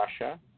Russia